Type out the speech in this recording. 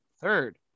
third